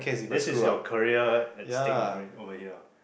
this is your career at stake over it over here